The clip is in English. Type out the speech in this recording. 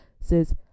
says